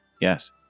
yes